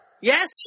Yes